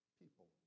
people